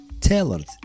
tailored